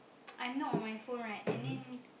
I'm not on my phone right and then